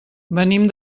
venim